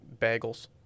bagels